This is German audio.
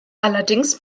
allerdings